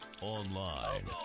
Online